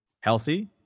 healthy